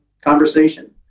conversation